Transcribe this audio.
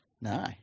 No